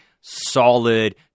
solid